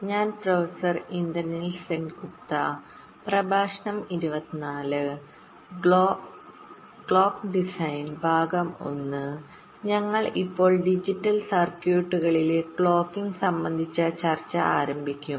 ഞങ്ങൾ ഇപ്പോൾ ഡിജിറ്റൽ സർക്യൂട്ടുകളിൽക്ലോക്കിംഗ് സംബന്ധിച്ച ചർച്ച ആരംഭിക്കും